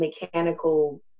mechanical